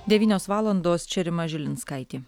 devynios valandos čia rima žilinskaitė